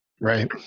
Right